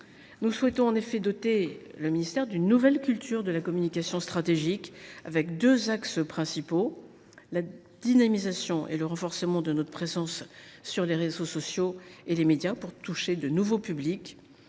Nous souhaitons en effet doter le ministère d’une nouvelle culture de la communication stratégique, selon deux axes principaux : d’une part, la dynamisation et le renforcement de notre présence sur les réseaux sociaux et les médias pour toucher de nouveaux publics